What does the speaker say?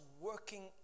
working